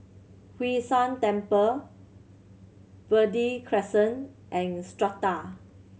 Hwee San Temple Verde Crescent and Strata